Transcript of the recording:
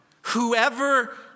whoever